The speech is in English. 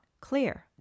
clear